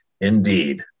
Indeed